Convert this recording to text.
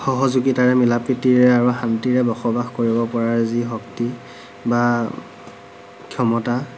সহযোগিতাৰে মিলা প্ৰীতিৰে আৰু শান্তিৰে বসবাস কৰিব পৰা যি শক্তি বা ক্ষমতা